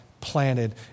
planted